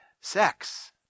sex